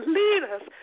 leaders